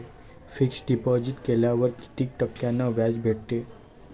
Fix deposit केल्यावर कितीक टक्क्यान व्याज भेटते?